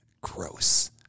Gross